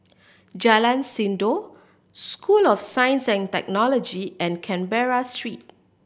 Jalan Sindor School of Science and Technology and Canberra Street